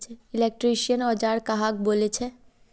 Electrician औजार कहाक बोले छे?